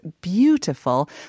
Beautiful